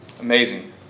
Amazing